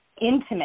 intimate